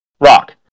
rock